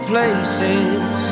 places